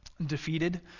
defeated